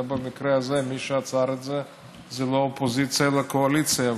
במקרה הזה מי שעצר את זה זה לא האופוזיציה אלא הקואליציה.